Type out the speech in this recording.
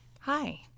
Hi